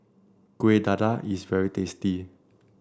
Kueh Dadar is very tasty